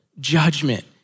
judgment